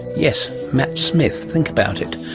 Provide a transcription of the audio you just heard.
yes, matt smith, think about it.